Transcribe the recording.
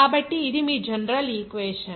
కాబట్టి ఇది మీ జనరల్ ఈక్వేషన్